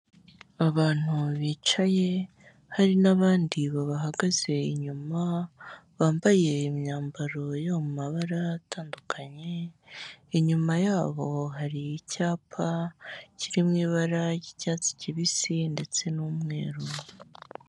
Abantu bicaye, hari n'abandi babahagaze inyuma, bambaye imyambaro yo mu mabara atandukanye, inyuma yabo hari icyapa kirimo ibara ry'icyatsi kibisi ndetse n'umweru.